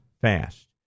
fast